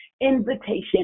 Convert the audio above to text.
invitation